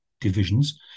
divisions